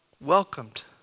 welcomed